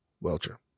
Welcher